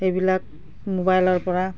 এইবিলাক মোবাইলৰপৰা